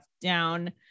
down